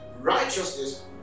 righteousness